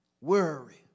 worry